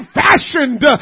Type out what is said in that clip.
fashioned